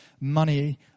money